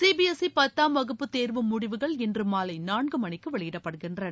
CBSE பத்தாம் வகுப்பு தேர்வு முடிவுகள் இன்று மாலை நாள்கு மணிக்கு வெளியிடப்படுகின்றன